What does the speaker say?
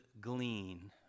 glean